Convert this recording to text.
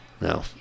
No